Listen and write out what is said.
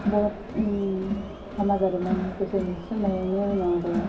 बहत हामा जादोंमोन गोसो होसारनायनि उनाव आंबो